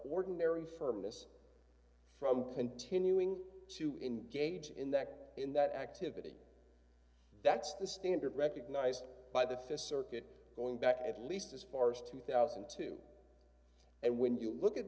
ordinary firmness from continuing to engage in that in that activity that's the standard recognized by the fist circuit going back at least as far as two thousand and two and when you look at